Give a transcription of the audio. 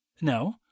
No